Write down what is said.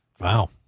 Wow